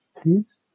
please